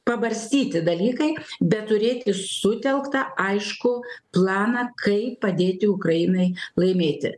pabarstyti dalykai bet turėti sutelktą aiškų planą kaip padėti ukrainai laimėti